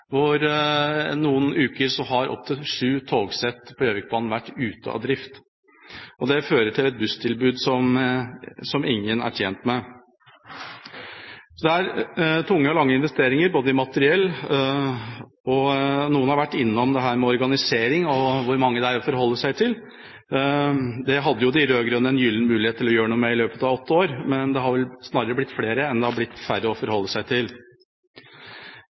opptil sju togsett på Gjøvikbanen som har vært ute av drift. Det fører til et busstilbud som ingen er tjent med. Så det er tunge og lange investeringer i materiell. Og noen har vært innom dette med organisering og hvor mange det er å forholde seg til. Det hadde de rød-grønne en gyllen mulighet til å gjøre noe med i løpet av åtte år, men det har vel snarere blitt flere enn det har blitt færre å forholde seg til.